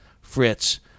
Fritz